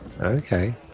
Okay